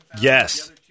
Yes